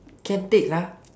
can take lah